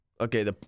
Okay